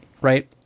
right